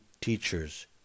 teachers